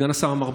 סגן השר אמר,